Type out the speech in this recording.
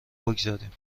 بگذاریم